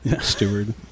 steward